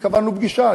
קבענו פגישה,